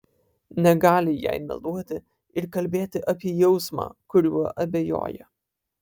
negali jai meluoti ir kalbėti apie jausmą kuriuo abejoja